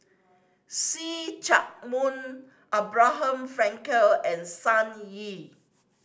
See Chak Mun Abraham Frankel and Sun Yee